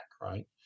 right